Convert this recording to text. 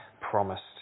promised